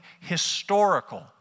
historical